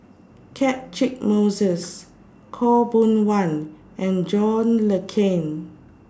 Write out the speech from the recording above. Catchick Moses Khaw Boon Wan and John Le Cain